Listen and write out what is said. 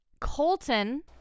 colton